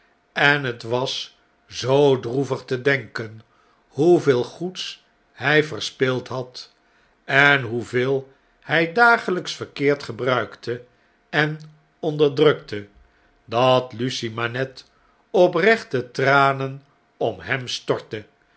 en het was zoo droevig te denken hoeveel goeds hjj verspild had en hoeveel hjj dageljjks verkeerd gebruikte en onderdrukte dat lucie manette oprechte tranen om hem storte